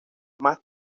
más